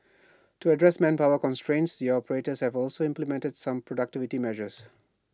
to address manpower constraints the operators have also implemented some productivity measures